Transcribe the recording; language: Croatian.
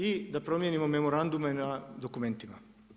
I da promijenimo memorandume na dokumentima.